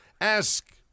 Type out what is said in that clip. Ask